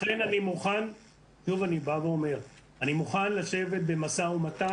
אני שוב אומר שאני מוכן לשבת במשא ומתן.